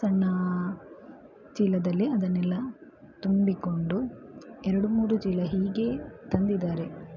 ಸಣ್ಣ ಚೀಲದಲ್ಲಿ ಅದನ್ನೆಲ್ಲ ತುಂಬಿಕೊಂಡು ಎರಡು ಮೂರು ಚೀಲ ಹೀಗೆ ತಂದಿದ್ದಾರೆ